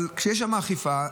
אבל כשיש שם אכיפה,